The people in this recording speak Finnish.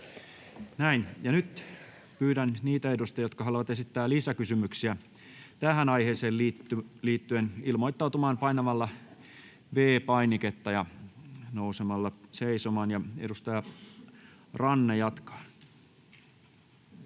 nyt pyydän niitä edustajia, jotka haluavat esittää lisäkysymyksiä tähän aiheeseen liittyen, ilmoittautumaan painamalla V-painiketta ja nousemalla seisomaan. Edustaja Ranne jatkaa.